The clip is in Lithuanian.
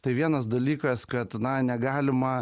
tai vienas dalykas kad na negalima